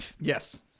Yes